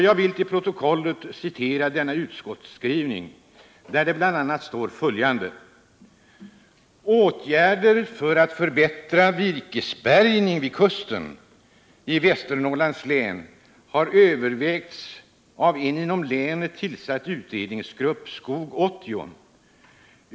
Jag vill till protokollet citera denna utskottsskrivning, där det bl.a. står följande: ”Åtgärder för att åstadkomma en förbättrad virkesbärgning vid kusten i Västernorrlands län har övervägts av en inom länet tillsatt särskild utredningsgrupp, Skog 80.